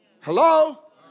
Hello